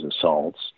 assaults